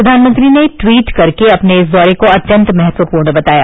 प्रघानमंत्री ने ट्वीट कर अपने इस दौरे को अत्यंत महत्वपूर्ण बताया